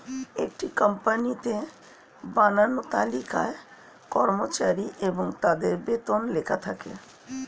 একটা কোম্পানিতে বানানো তালিকায় কর্মচারী এবং তাদের বেতন লেখা থাকে